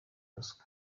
ruswa